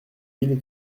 mille